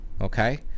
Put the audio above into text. Okay